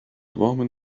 roman